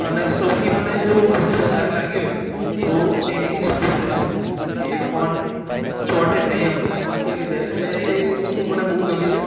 અને સૌથી મને જો વસ્તુ સારી લાગી હોય તો એની સ્મૂદનેસ કે ફોન ચોંટે જ નહીં એમ એ રીતે એટલે એ વસ્તુ મને બહુ ગમી છે